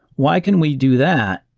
why can we do that,